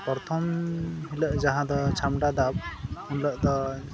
ᱯᱚᱨᱛᱷᱚᱢ ᱦᱤᱞᱳᱜ ᱡᱟᱦᱟᱸ ᱫᱚ ᱪᱷᱟᱢᱰᱟ ᱫᱟᱵ ᱩᱱᱞᱳᱜ ᱫᱚ